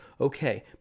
Okay